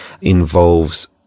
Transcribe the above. involves